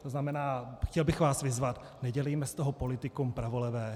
To znamená, chtěl bych vás vyzvat, nedělejme z toho politikum pravolevé.